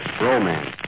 romance